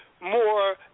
more